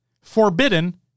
Forbidden